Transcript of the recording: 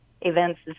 Events